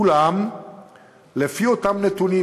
אולם לפי אותם נתונים,